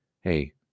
hey